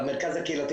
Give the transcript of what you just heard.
כפי שאמרתי,